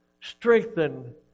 strengthen